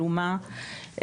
עלומה,